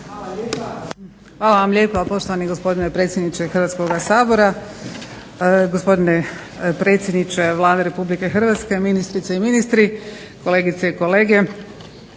Hvala vam lijepa. Poštovani gospodine predsjedniče Hrvatskoga sabora, gospodine predsjedniče Vlade RH, ministrice i ministri, kolegice i kolege.